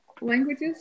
languages